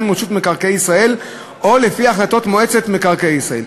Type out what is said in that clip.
עם רשות מקרקעי ישראל או לפי החלטות מועצת מקרקעי ישראל.